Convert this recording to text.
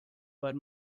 but